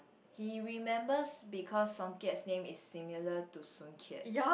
he remembers because song Song-Kiat name is similar to Soon-Kiat